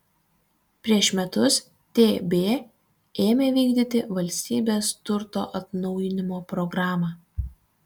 prieš metus tb ėmė vykdyti valstybės turto atnaujinimo programą